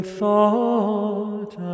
thought